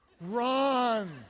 run